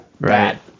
right